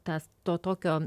tas to tokio